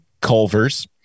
Culver's